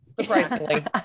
Surprisingly